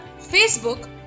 Facebook